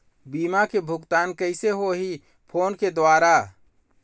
बीमा के भुगतान कइसे होही फ़ोन के द्वारा?